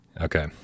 Okay